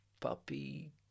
Puppy